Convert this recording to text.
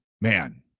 man